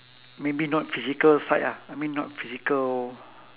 maybe not physical side ah I mean not physical